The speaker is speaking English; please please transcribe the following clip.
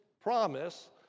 promise